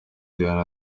diane